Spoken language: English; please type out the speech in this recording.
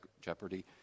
Jeopardy